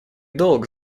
долг